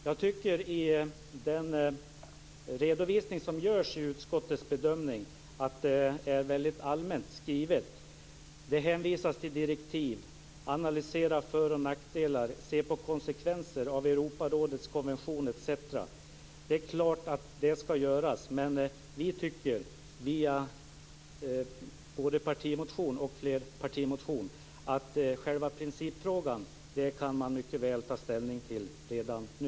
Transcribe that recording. Jag tycker att den redovisning som görs av utskottets bedömning är allmänt skriven. Där hänvisas till direktiv, och där analyseras för och nackdelar och man ser på konsekvenser av Europarådets konvention osv. Det är klart att det skall göras, men vi tycker - och som framgår av vår flerpartimotion - att man kan ta ställning till principfrågan redan nu.